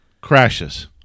crashes